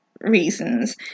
reasons